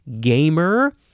gamer